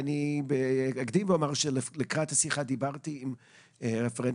אני מתנצל על העיכוב.